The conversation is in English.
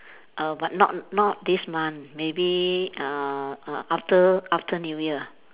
uh but not not this month maybe uh uh after after New Year